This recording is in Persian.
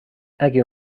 اگه